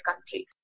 country